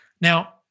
Now